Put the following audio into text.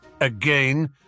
Again